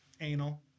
anal